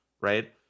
right